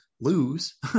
lose